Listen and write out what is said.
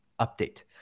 update